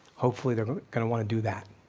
hopefully they're gonna want to do that,